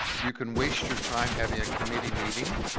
you can waste your time having a committee meeting